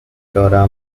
dora